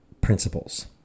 principles